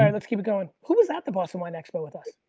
um let's keep it going. who was at the boston wine expo with us?